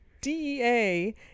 DEA